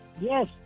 Yes